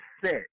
set